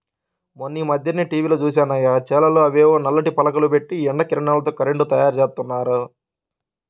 మొన్నీమధ్యనే టీవీలో జూశానయ్య, చేలల్లో అవేవో నల్లటి పలకలు బెట్టి ఎండ కిరణాలతో కరెంటు తయ్యారుజేత్తన్నారు